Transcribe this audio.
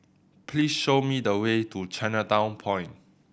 please show me the way to Chinatown Point